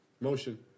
Motion